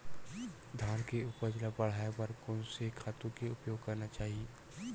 धान के उपज ल बढ़ाये बर कोन से खातु के उपयोग करना चाही?